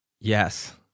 Yes